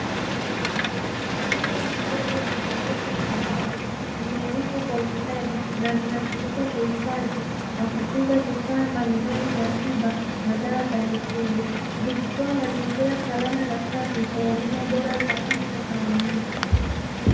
Vyumba vidogo vya ghorofa vya mbao vimejengwa kwa ustadi na vinatumika kuhifadhi na kutunza vifaa mbalimbali vya tiba, madawa ya mifugo; vikitoa mazingira salama na safi kwa huduma bora za afya za wanyama.